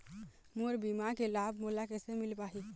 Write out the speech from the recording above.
मोर बीमा के लाभ मोला कैसे मिल पाही?